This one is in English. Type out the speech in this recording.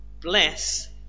bless